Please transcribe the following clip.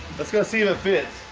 let's go see the fit